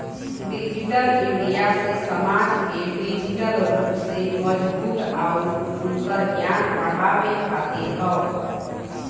digital India से समाज के डिजिटल रूप से मजबूत आउर उनकर ज्ञान बढ़ावे खातिर हौ